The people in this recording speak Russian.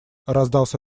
раздался